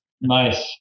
Nice